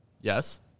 Yes